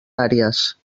àrees